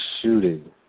shooting